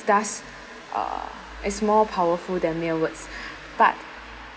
does uh is more powerful than mere words but